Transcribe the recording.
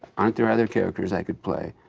aren't there other characters i could play?